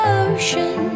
ocean